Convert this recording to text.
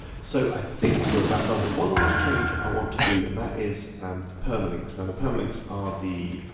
so i think we're about done. there's one last change i want to do and that is um the permalinks. now the permalinks are the